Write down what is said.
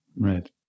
Right